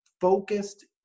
focused